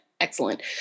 excellent